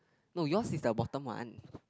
no yours is the bottom one